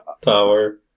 Tower